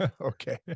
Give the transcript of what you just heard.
Okay